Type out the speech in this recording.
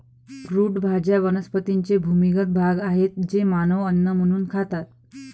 route भाज्या वनस्पतींचे भूमिगत भाग आहेत जे मानव अन्न म्हणून खातात